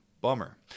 Bummer